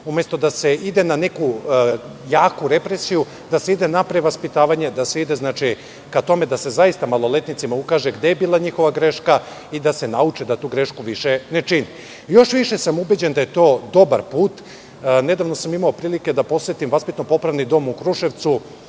Umesto da se ide na neku jaku represiju, da se ide na prevaspitavanje, da se ide ka tome da se zaista maloletnicima ukaže gde je bila njihova greška i da se nauče da tu grešku više ne čine. Još više sam ubeđen da je to dobar put. Nedavno sam imao prilike da posetim Vaspitno-popravni dom u Kruševcu